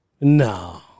No